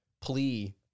plea